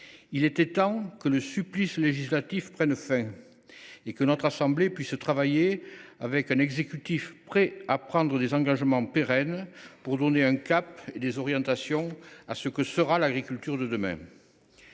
Il était temps que le supplice législatif prenne fin et que notre assemblée puisse travailler avec un exécutif prêt à prendre des engagements pérennes, pour donner un cap et des orientations à ce que sera l’agriculture de demain.